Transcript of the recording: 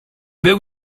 był